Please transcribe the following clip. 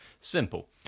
simple